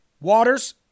Waters